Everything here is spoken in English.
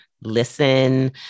listen